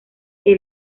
que